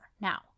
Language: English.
Now